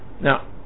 Now